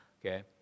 Okay